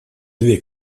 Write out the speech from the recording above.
две